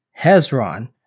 Hezron